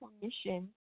permission